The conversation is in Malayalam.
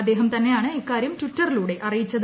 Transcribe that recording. അദ്ദേഹം തന്നെയാണ് ഇക്കാരൃം ടിറ്ററിലൂടെ അറിയിച്ചത്